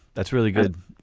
that's really good.